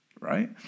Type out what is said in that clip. right